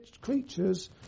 creatures